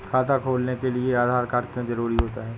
खाता खोलने के लिए आधार कार्ड क्यो जरूरी होता है?